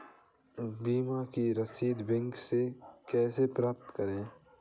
बीमा की रसीद बैंक से कैसे प्राप्त करें?